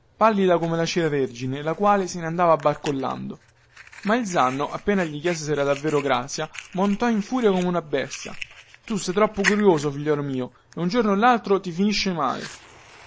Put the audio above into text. pallida come la cera vergine la quale se ne andava barcollando ma il zanno appena gli chiese se era davvero grazia montò in furia come una bestia tu sei troppo curioso figliuol mio e un giorno o laltro ti finisce male